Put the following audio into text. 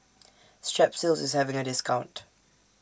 Strepsils IS having A discount